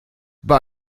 bei